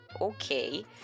Okay